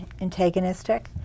antagonistic